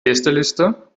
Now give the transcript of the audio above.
gästeliste